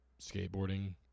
skateboarding